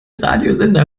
radiosender